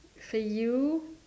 so you